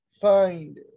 find